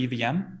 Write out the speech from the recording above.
EVM